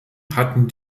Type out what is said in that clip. hatten